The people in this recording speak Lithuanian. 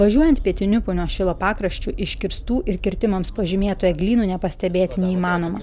važiuojant pietiniu punios šilo pakraščiu iškirstų ir kirtimams pažymėtų eglynų nepastebėti neįmanoma